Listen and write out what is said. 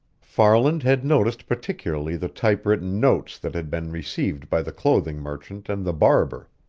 farland had noticed particularly the typewritten notes that had been received by the clothing merchant and the barber.